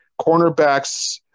cornerbacks